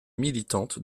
militante